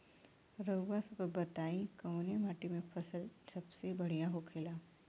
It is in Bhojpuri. रउआ सभ बताई कवने माटी में फसले सबसे बढ़ियां होखेला?